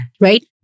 right